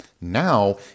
Now